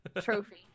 Trophy